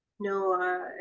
No